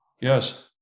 yes